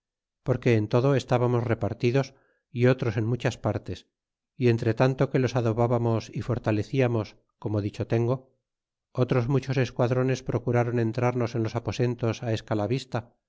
porque en todo estábamos reparti dos y otros en muchas partes y entretanto que los adobábamos y fortaleciamos como dicho tengo otros muchos esquadrones procurron entrarnos en los aposentos á escala vista